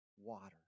water